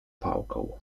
pałką